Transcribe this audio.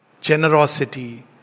generosity